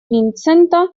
винсента